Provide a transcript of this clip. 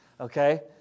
Okay